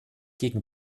gegen